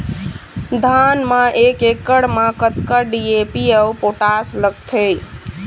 धान म एक एकड़ म कतका डी.ए.पी अऊ पोटास लगथे?